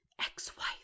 ex-wife